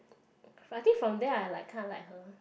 I think from there I like kinda like her